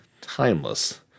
timeless